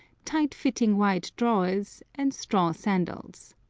tight-fitting white drawers, and straw sandals.